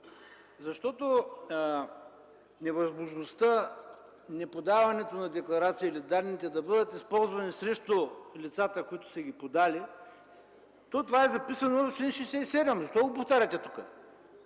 защото невъзможността, неподаването на декларация или данните да бъдат използвани срещу лицата, които са ги подали, е записано в чл. 67. Защо го повтаряте тук?